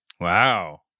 Wow